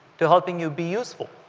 to helping you be useful